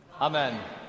Amen